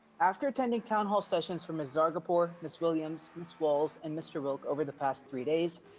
after attending town hall sessions from ms. zargarpur, ms. williams, ms. walls, and mr. wilk over the past three days,